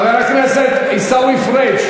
חבר הכנסת עיסאווי פריג',